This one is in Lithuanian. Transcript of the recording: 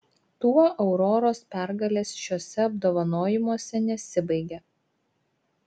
tuo auroros pergalės šiuose apdovanojimuose nesibaigė